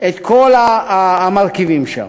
את כל המרכיבים שם.